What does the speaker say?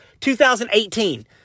2018